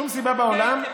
שום סיבה בעולם,